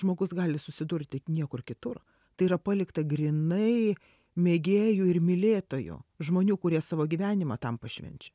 žmogus gali susidurti niekur kitur tai yra palikta grynai mėgėjų ir mylėtojų žmonių kurie savo gyvenimą tam pašvenčia